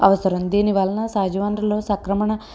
అవసరం దీని వలన సహజవనరులు సక్రమణ